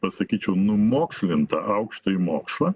pasakyčiau numokslintą aukštąjį mokslą